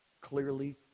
clearly